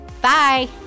Bye